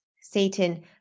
Satan